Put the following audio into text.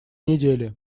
недели